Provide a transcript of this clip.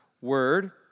word